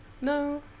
No